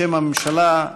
בשם הממשלה,